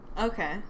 Okay